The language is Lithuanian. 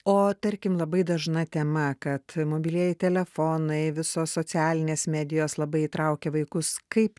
o tarkim labai dažna tema kad mobilieji telefonai visos socialinės medijos labai įtraukia vaikus kaip